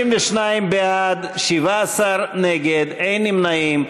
32 בעד, 17 נגד, אין נמנעים.